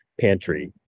pantry